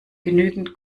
genügend